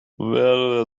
ورد